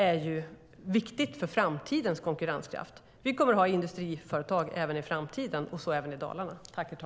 Det är viktigt för framtidens konkurrenskraft. Vi kommer att ha industriföretag även i framtiden, så även i Dalarna.